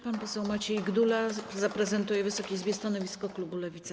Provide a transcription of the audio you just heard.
Pan poseł Maciej Gdula zaprezentuje Wysokiej Izbie stanowisko klubu Lewica.